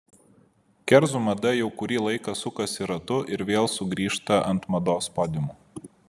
kerzų mada jau kurį laiką sukasi ratu ir vėl sugrįžta ant mados podiumų